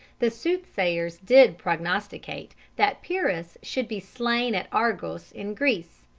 the soothsayers did prognosticate that pirrhus should be slaine at argos in greece,